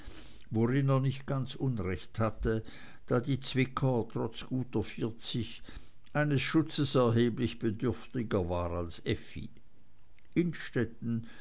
worin er nicht ganz unrecht hatte da die zwicker trotz guter vierzig eines schutzes erheblich bedürftiger war als effi